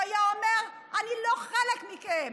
הוא היה אומר: אני לא חלק מכם.